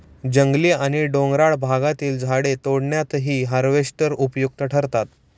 जंगली आणि डोंगराळ भागातील झाडे तोडण्यातही हार्वेस्टर उपयुक्त ठरतात